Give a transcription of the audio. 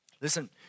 Listen